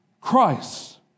Christ